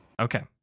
Okay